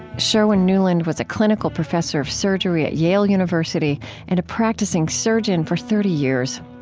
sherwin nuland was a clinical professor of surgery at yale university and a practicing surgeon for thirty years.